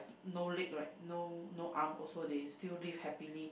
no leg right no no arm also they still live happily